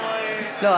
לא.